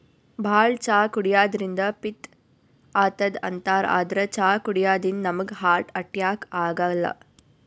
ಭಾಳ್ ಚಾ ಕುಡ್ಯದ್ರಿನ್ದ ಪಿತ್ತ್ ಆತದ್ ಅಂತಾರ್ ಆದ್ರ್ ಚಾ ಕುಡ್ಯದಿಂದ್ ನಮ್ಗ್ ಹಾರ್ಟ್ ಅಟ್ಯಾಕ್ ಆಗಲ್ಲ